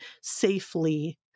safely